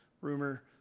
rumor